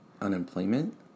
Unemployment